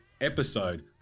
Episode